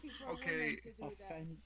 Okay